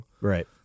Right